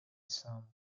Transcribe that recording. some